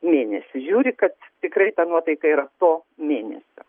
mėnesį žiūri kad tikrai ta nuotaika yra to mėnesio